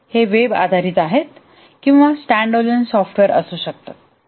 हे वेब आधारित आहेत किंवा स्टँड अलोन सॉफ्टवेअर असू शकतात